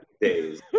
days